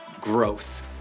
growth